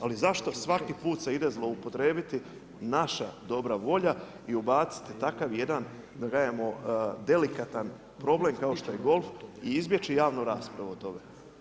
Ali zašto svaki put se ide zloupotrijebiti naša dobra volja i ubaciti takav jedan da kažemo delikatan problem kao što je golf i izbjeći javnu raspravu od toga?